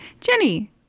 Jenny